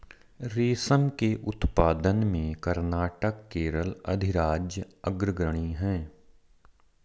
रेशम के उत्पादन में कर्नाटक केरल अधिराज्य अग्रणी है